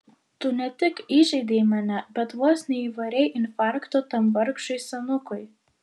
tu ne tik įžeidei mane bet vos neįvarei infarkto tam vargšui senukui